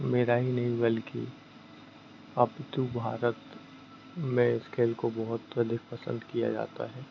मेरा ही नहीं बल्कि अपितु भारत में इस खेल को बहुत अधिक पसंद किया जाता है